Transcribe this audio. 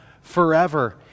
forever